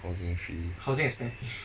housing fee